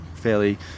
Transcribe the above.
fairly